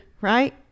right